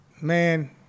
man